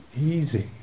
easy